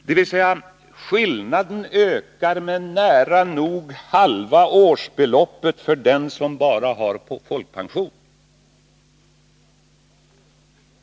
Dvs. att skillnaden ökar med nära nog halva årsbeloppet för den som bara har folkpension.